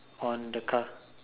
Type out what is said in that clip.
on the car